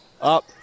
up